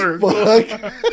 fuck